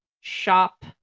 shop